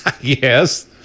Yes